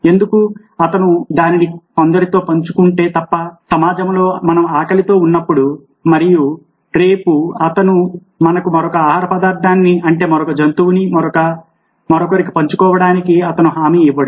ఎందుకు అతను దానిని అందరితో పంచుకుంటే తప్ప సమాజంలో మనం ఆకలితో ఉన్నప్పుడు మరియు రేపు అతను మనకు మరొక ఆహార పదార్థాన్ని అంటే మరొక జంతువుని మరొకరికి పంచుకొవడానినికి అతను హామీ ఇవ్వడు